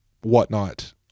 whatnot